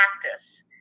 practice